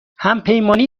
همپیمانی